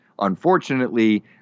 Unfortunately